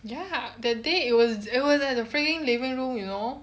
ya that day it was it was at the freaking living room you know